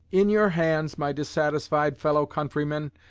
in your hands, my dissatisfied fellow-countrymen,